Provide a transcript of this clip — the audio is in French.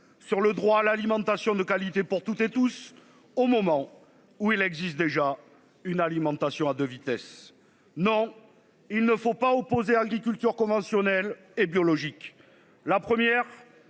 sur le droit à l'alimentation de qualité pour toutes et tous, au moment où il existe déjà une alimentation à 2 vitesses, non il ne faut pas opposer agriculture conventionnelle et biologique. La première